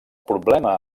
problema